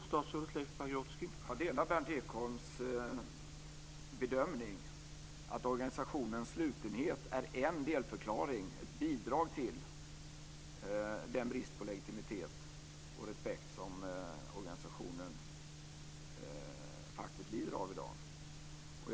Herr talman! Jag delar Berndt Ekholms bedömning att organisationens slutenhet är en delförklaring, ett bidrag, till den brist på legitimitet och respekt som organisationen lider av i dag.